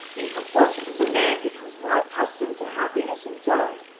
in proportion as a man becomes more accustomed to happiness and joy,